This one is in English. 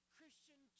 Christian